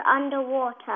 underwater